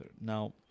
Now